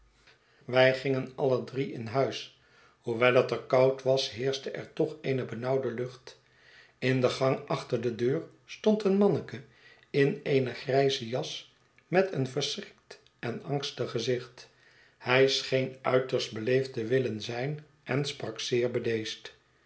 wij gingen alle drie in huis hoewel het er koud was heerschte er toch eene benauwde lucht in den gang achter de deur stond een manneke in eene grijze jas met een verschrikt en angstig gezicht hij scheen uiterst beleefd te willen zijn en sprak zeer